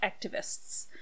activists